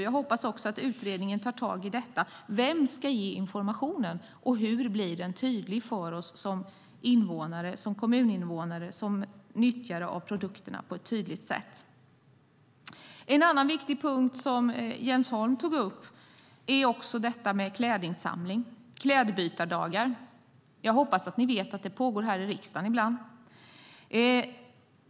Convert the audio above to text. Jag hoppas också att utredningen tar tag i vem som ska ge informationen och hur den blir tydlig för oss som kommuninvånare och nyttjare av produkterna. En annan viktig punkt som Jens Holm tog upp är detta med klädinsamlingar och klädbytardagar. Jag hoppas att ni vet att det pågår här i riksdagen ibland.